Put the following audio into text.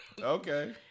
Okay